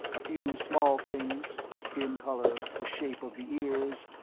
a few small things skin color, the shape of the ears,